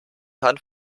hand